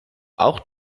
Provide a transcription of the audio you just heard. auch